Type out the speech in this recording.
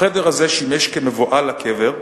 החדר הזה שימש כמבואה לקבר,